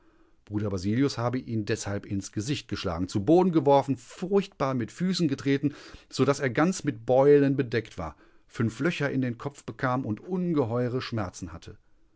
bruder basilius habe ihn deshalb ins gesicht geschlagen zu boden geworfen furchtbar mit füßen getreten so daß er ganz mit beulen bedeckt war fünf löcher in den kopf bekam und ungeheure schmerzen hatte